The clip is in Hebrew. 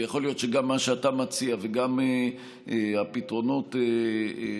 ויכול להיות שגם מה שאתה מציע וגם הפתרונות של